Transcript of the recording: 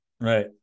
right